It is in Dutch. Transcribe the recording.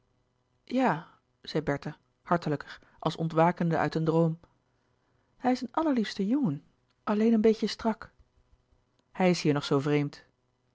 ja zei bertha hartelijker als ontwakende uit een droom hij is een allerliefste jongen alleen een beetje strak louis couperus de boeken der kleine zielen hij is hier nog zoo vreemd